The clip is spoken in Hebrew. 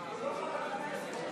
הוא לא חבר כנסת.